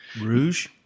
Rouge